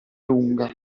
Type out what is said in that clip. lunga